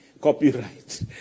copyright